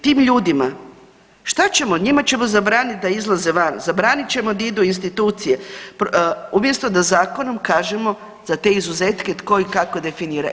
Tim ljudima šta ćemo, njima ćemo zabranit da izlaze van, zabranit ćemo da idu u institucije, umjesto da zakonom kažemo za te izuzetke tko ih i kako definira.